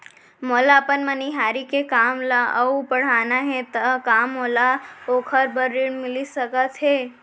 मोला अपन मनिहारी के काम ला अऊ बढ़ाना हे त का मोला ओखर बर ऋण मिलिस सकत हे?